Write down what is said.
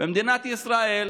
במדינת ישראל,